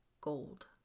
gold